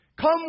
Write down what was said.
Come